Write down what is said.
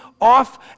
off